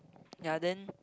ya then